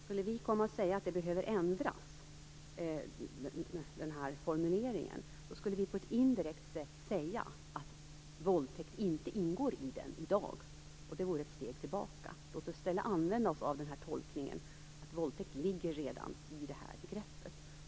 Skulle vi uttala att den här formuleringen behöver ändras, skulle vi indirekt säga att våldtäkt i dag inte ingår i den, och det vore ett steg tillbaka. Låt oss i stället använda tolkningen att våldtäkt redan ligger i det här begreppet.